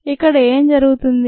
ఇక్కడ ఏం జరుగుతోంది